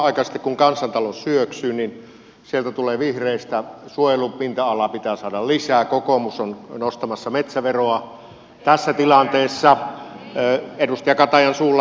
samanaikaisesti kun kansantalous syöksyy niin sieltä tulee vihreistä että suojelupinta alaa pitää saada lisää kokoomus on nostamassa metsäveroa tässä tilanteessa edustaja katajan suulla